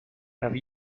have